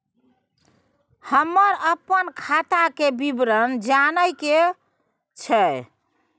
हमरा अपन खाता के विवरण जानय के अएछ?